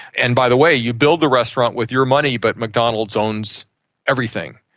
and by the way you build the restaurant with your money but mcdonald's owns everything.